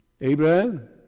Abraham